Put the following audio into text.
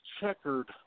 checkered